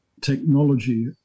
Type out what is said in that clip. technology